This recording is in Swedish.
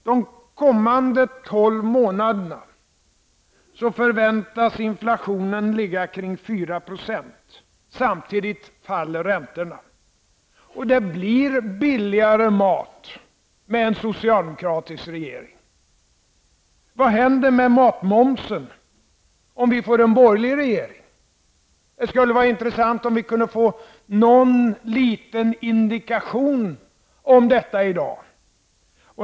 De kommande tolv månaderna förväntas inflationen ligga kring 4 %. Samtidigt faller räntorna. Och det blir billigare mat med en socialdemokratisk regering. Vad händer med matmomsen, om vi får en borgerlig regering? Det skulle vara intressant, om vi kunde få en liten indikation om detta i dag.